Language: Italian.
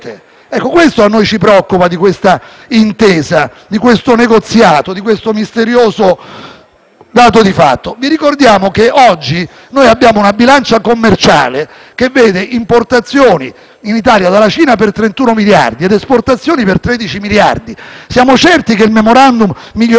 dato di fatto. Vi ricordiamo che oggi abbiamo una bilancia commerciale che vede importazioni in Italia dalla Cina per 31 miliardi ed esportazioni per 13 miliardi. Siamo certi che il *memorandum* migliorerà un dato che vede la nostra bilancia commerciale in forte passivo o arriveranno qui altri prodotti dalla Cina? Poi questa Via